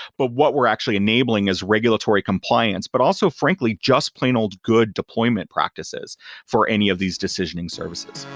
but what we're actually enabling is regulatory compliance, but also frankly just plain old good deployment practices for any of these decisioning services